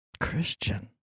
Christian